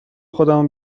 خودمو